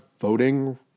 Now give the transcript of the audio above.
voting